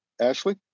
Ashley